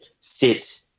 sit